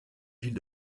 ville